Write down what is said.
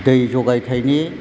दै जगायथायनि